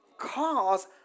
cause